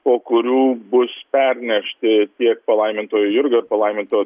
po kurių bus pernešti tiek palaimintojo jurgio ir palaimintojo